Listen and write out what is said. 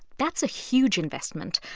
that's a huge investment.